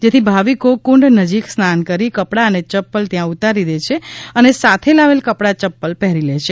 જેથી ભાવિકો કુંડ નજીક સ્નાન કરી કપડા અને ચપ્પલ ત્યાં ઉતારી દે છે અને સાથે લાવેલ કપડા ચપ્પલ પહેરી લે છે